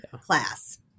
class